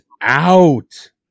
out